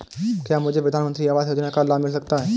क्या मुझे प्रधानमंत्री आवास योजना का लाभ मिल सकता है?